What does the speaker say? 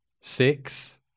six